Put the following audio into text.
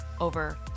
over